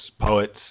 poets